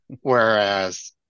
whereas